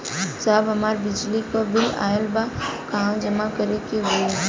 साहब हमार बिजली क बिल ऑयल बा कहाँ जमा करेके होइ?